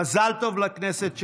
מזל טוב לכנסת שלנו.